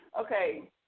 Okay